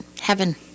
heaven